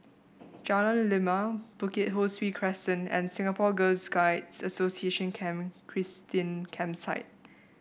Jalan Lima Bukit Ho Swee Crescent and Singapore Girl's Guide Association Camp Christine Campsite